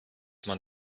man